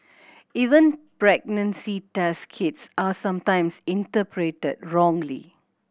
even pregnancy test kits are sometimes interpreted wrongly